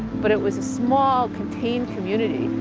but it was a small contained community.